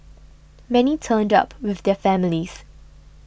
many turned up with their families